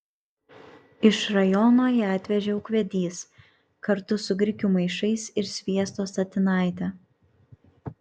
iš rajono ją atvežė ūkvedys kartu su grikių maišais ir sviesto statinaite